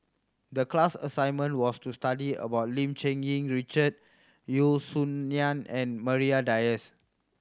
the class assignment was to study about Lim Cherng Yih Richard Yeo Song Nian and Maria Dyers